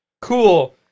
Cool